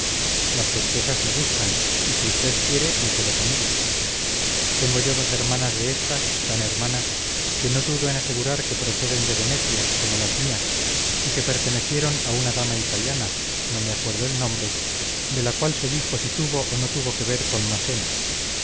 las turquesas me gustan y si usted quiere me quedo con ellas tengo yo dos hermanas de estas tan hermanas que no dudo en asegurar que proceden de venecia como las mías y que pertenecieron a una dama italiana no me acuerdo el nombre de la cual se dijo si tuvo o no tuvo que ver con massena